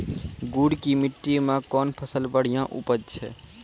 गुड़ की मिट्टी मैं कौन फसल बढ़िया उपज छ?